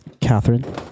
Catherine